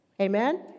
Amen